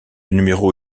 numéro